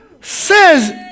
says